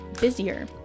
busier